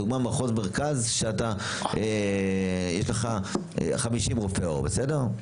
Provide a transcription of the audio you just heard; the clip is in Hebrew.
לדוגמה מחוז מרכז, שאתה יש לך 50 רופאי עור, בסדר?